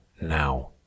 now